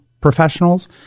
professionals